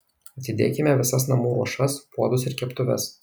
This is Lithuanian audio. atidėkime visas namų ruošas puodus ir keptuves